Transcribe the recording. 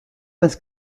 parce